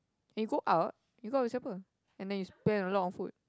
when go out you go out with siapa and then you spend a lot on food